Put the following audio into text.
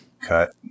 cut